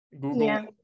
Google